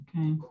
okay